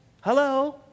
Hello